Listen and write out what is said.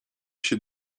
się